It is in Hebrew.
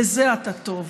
בזה אתה טוב.